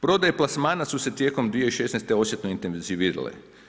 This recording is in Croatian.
Prodaje plasmana su se tijekom 2016. osjetno intenzivirale.